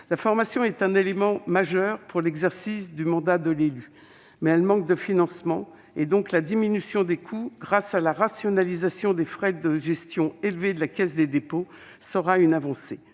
La formation est un élément majeur pour l'exercice du mandat de l'élu, mais elle manque de financement. La diminution des coûts grâce à la rationalisation des frais de gestion élevés de la Caisse des dépôts et consignations